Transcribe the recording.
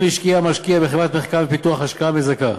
אם השקיע משקיע בחברת מחקר ופיתוח השקעה מזכה,